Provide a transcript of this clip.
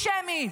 אנטישמי,